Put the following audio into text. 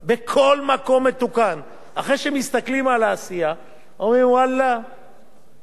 אחרי שמסתכלים על העשייה, אומרים ואללה, תמשיך.